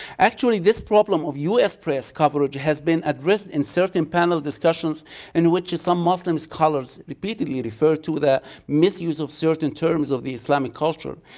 actually this problem of us coverage has been addressed in certain panel discussions in which some muslims callers repeatedly refer to the misuse of certain terms of the islamic culture.